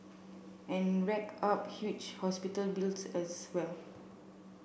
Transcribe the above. and rack up huge hospital bills as well